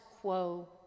quo